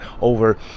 over